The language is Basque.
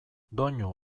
doinu